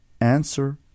answer